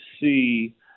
see